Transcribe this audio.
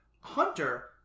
Hunter